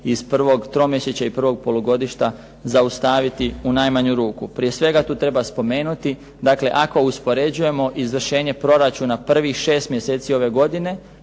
iz prvog tromjesečja i prvog polugodišta zaustaviti u najmanju ruku. Prije svega tu treba spomenuti, dakle ako uspoređujemo izvršenje proračuna prvih 6 mjeseci ove godine